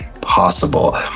possible